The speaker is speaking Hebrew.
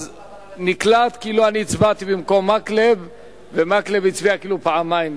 נקלט כאילו הצבעתי במקום מקלב ומקלב הצביע כאילו פעמיים.